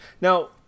Now